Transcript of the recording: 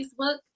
Facebook